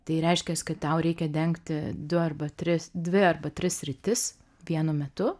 tai reiškias kai tau reikia dengti du arba tris dvi arba tris sritis vienu metu